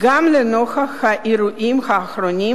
גם לנוכח האירועים האחרונים,